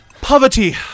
Poverty